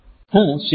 હું સિમોન જે